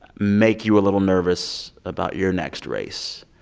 make you a little nervous about your next race?